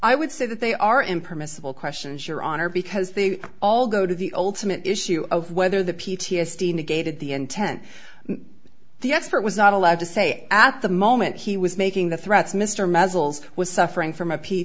i would say that they are impermissible questions your honor because they all go to the ultimate issue of whether the p t s d negated the intent the expert was not allowed to say at the moment he was making the threats mr muzzles was suffering from a p